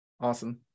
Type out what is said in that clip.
awesome